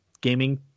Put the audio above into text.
gaming